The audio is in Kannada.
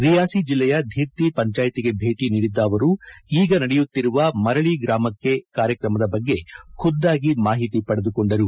ರಿಯಾಸಿ ಜಿಲ್ಲೆಯ ಧೀರ್ತಿ ಪಂಚಾಯಿತಿಗೆ ಭೇಟಿ ನೀಡಿದ್ದ ಅವರು ಈಗ ನಡೆಯುತ್ತಿರುವ ಮರಳಿ ಗ್ರಾಮಕ್ಕೆ ಕಾರ್ಯಕ್ರಮದ ಬಗ್ಗೆ ಖುದ್ದಾಗಿ ಮಾಹಿತಿ ಪಡೆದುಕೊಂಡರು